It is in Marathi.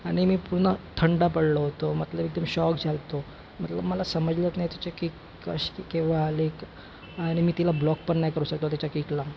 आणि मी पुन्हा पूर्ण थंडा पडलो होतो मतलब एकदम शॉक झालो होतो मतलब मला समजलंच नाही तिची किक कशी केव्हा आली आणि मी तिला ब्लॉक पण नाही करू शकलो तिच्या किकला